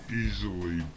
easily